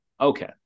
Okay